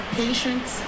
patience